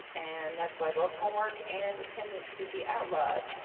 and that's why both homework and attendance should be outlawed.